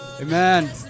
Amen